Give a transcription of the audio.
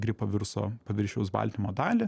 gripo viruso paviršiaus baltymo dalį